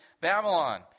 Babylon